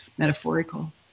Metaphorical